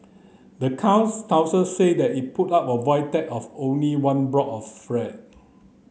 the town council said it put up the Void Deck of only one block of flat